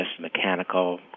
mechanical